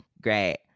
Great